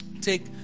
take